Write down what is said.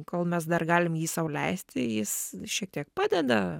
kol mes dar galim jį sau leisti jis šiek tiek padeda